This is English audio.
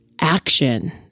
action